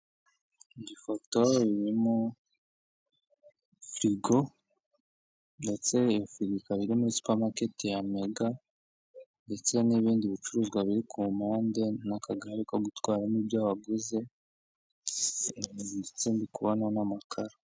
Ifoto irimo firigo ndetse iyo firigo ikaba iri muri supamaketi ya mega ndetse n'ibindi bicuruzwa biri ku mpande n'akagari ko gutwaramo ibyo waguze ndetse ndikubona n'amakaro.